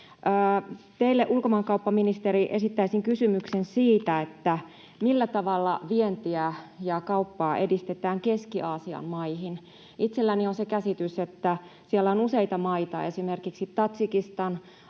Teille, ulkomaankauppaministeri, esittäisin kysymyksen siitä, että millä tavalla vientiä ja kauppaa edistetään Keski-Aasian maihin. Itselläni on se käsitys, että siellä on useita maita, esimerkiksi Tadžikistan,